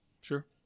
Sure